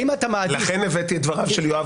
האם אתה מעדיף --- לכן הבאתי את דבריו של יואב